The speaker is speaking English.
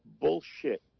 Bullshit